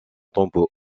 tempo